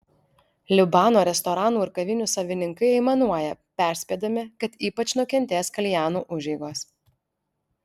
libano restoranų ir kavinių savininkai aimanuoja perspėdami kad ypač nukentės kaljanų užeigos